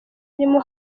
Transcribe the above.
arimo